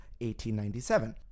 1897